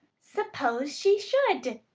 suppose she should!